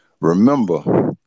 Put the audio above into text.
Remember